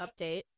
update